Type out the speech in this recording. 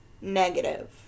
negative